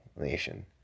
nation